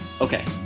Okay